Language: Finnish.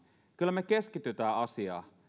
kyllä me keskitymme asiaan